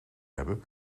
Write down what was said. hebben